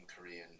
Korean